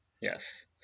Yes